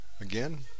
again